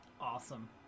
Awesome